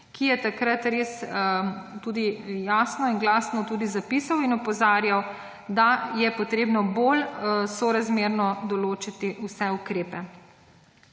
ki je takrat tudi jasno in glasno zapisal in opozarjal, da je treba bolj sorazmerno določiti vse ukrepe.